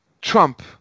Trump